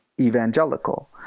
evangelical